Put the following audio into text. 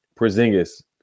Porzingis